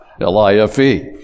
L-I-F-E